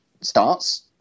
starts